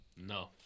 No